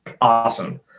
awesome